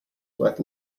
worth